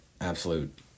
absolute